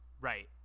Right